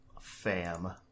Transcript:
fam